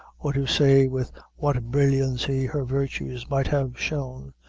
or to say with what brilliancy her virtues might have shone,